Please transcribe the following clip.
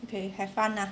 okay have fun ah